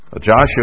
Joshua